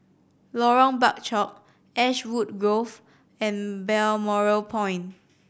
Lorong Bachok Ashwood Grove and Balmoral Point